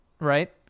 Right